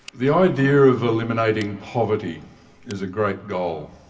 the idea of eliminating poverty is a great goal.